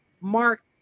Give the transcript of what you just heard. mark